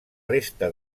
resta